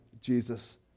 Jesus